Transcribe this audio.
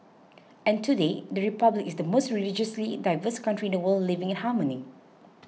and today the Republic is the most religiously diverse country in the world living in harmony